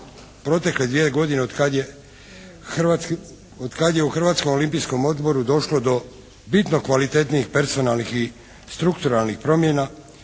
protekle dvije godine od kad je u Hrvatskom olimpijskom odboru došlo do bitno kvalitetnijih personalnih i strukturalnih promjena,